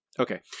Okay